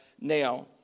now